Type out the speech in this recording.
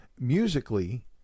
musically